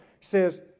says